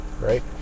Right